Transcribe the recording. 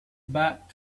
back